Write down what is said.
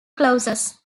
clauses